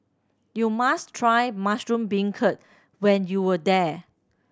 you must try mushroom beancurd when you are there